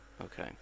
Okay